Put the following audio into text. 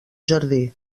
jardí